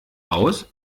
aus